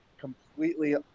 completely